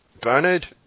Bernard